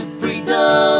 freedom